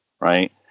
right